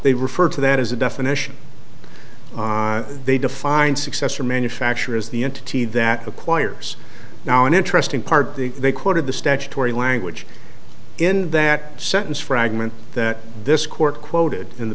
they refer to that is the definition they define success or manufacture is the entity that acquires now an interesting part the they quoted the statutory language in that sentence fragment that this court quoted in the